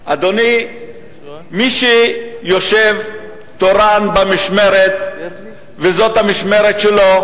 אדוני, מי שיושב תורן במשמרת, וזאת המשמרת שלו,